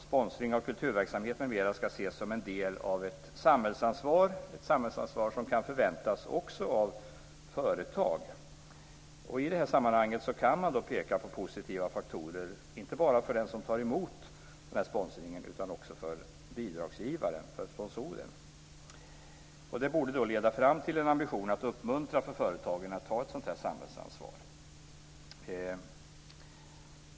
Sponsring av kulturverksamhet m.m. ses som en del av ett samhällsansvar som kan förväntas också av företag. I detta sammanhang kan man peka på positiva faktorer, inte bara för den som tar emot sponsring utan också för bidragsgivaren, för sponsorn. Det borde leda fram till en ambition att uppmuntra företagen att ta ett sådant här samhällsansvar.